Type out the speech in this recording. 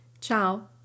Ciao